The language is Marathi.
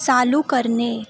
चालू करणे